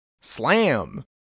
Slam